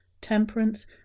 temperance